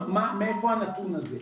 מאיפה הנתון הזה.